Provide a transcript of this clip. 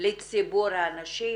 לציבור הנשים,